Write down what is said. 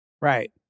right